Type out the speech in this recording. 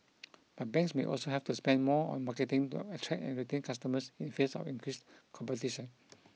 but banks may also have to spend more on marketing to attract and retain customers in face of increased competition